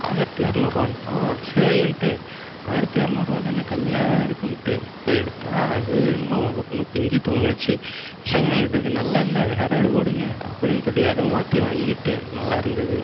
ஆயிரத்தி இரநூறுவான்ட்டான் சரின்ட்டு ஆயிரத்தி இரநூறுவா தான் கம்மியாக தான் இருக்குன்னுட்டு போய் எடுத்தால் அது என்னமோ ஒன்று பிஞ்சு தொங்குணுச்சு ஏங்க இதுக்கு நல்லாயில்லை வேற எதாவது கொடுங்க அப்படின்னு சொல்லி அதை மாற்றி வாங்கிகிட்டு நல்லாயிருந்தது